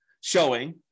showing